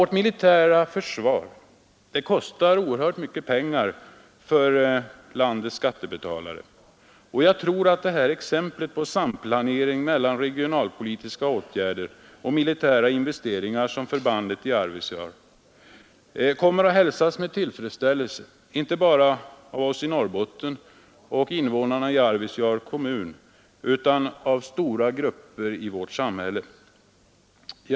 Vårt militära försvar kostar oerhört mycket pengar för landets skattebetalare, och jag tror att det exempel på samplanering mellan regionalpolitiska åtgärder och militära investeringar som förbandet i Arvidsjaur utgör kommer att hälsas tillfredsställelse inte bara av oss i Norrbotten och av invånarna i Arvidsjaurs kommun utan också av stora grupper i vårt samhälle i övrigt.